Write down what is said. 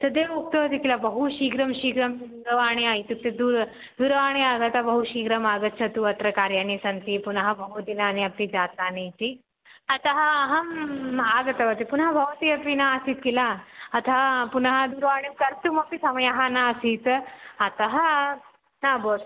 तदेव उक्तवती किल बहु शीघ्रं शीघ्रं दूरवाण्या इत्युक्ते दूरं दूरवाणी आगता बहु शीघ्रम् आगच्छतु अत्र कार्याणि सन्ति पुनः बहु दिनानि अपि जातानि इति अतः अहम् आगतवती पुनः भवती अपि न आसीत् किल अतः पुनः दूरवाणीं कर्तुमपि समयः नासीत् अतः न अभवत्